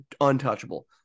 untouchable